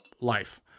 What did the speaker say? life